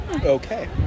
Okay